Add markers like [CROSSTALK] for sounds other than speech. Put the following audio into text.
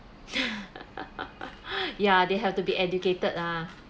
[LAUGHS] ya they have to be educated lah